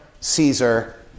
Caesar